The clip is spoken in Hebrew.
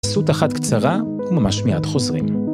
חסות אחת קצרה וממש מיד חוזרים.